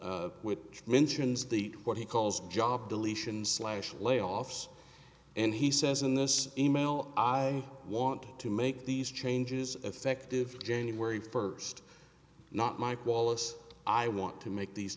f which mentions the what he calls job deletion slash layoffs and he says in this email i want to make these changes effective january first not mike wallace i want to make these